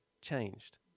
changed